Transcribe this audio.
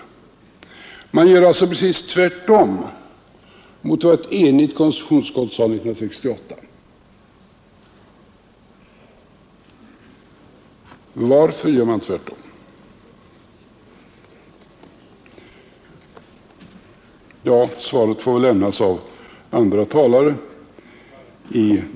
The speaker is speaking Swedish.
Man gör alltså precis tvärtom mot vad ett enigt konstitutionsutskott sade år 1968. Varför gör man tvärtom? — Svaret får väl lämnas av andra talare.